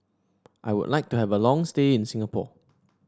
I would like to have a long stay in Singapore